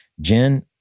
Jen